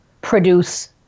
produce